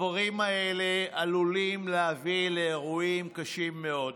הדברים האלה עלולים להביא לאירועים קשים מאוד.